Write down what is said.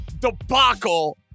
debacle